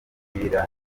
umupira